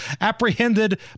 apprehended